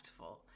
impactful